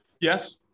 Yes